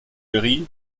emery